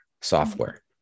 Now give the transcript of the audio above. software